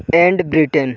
and Britain